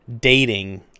dating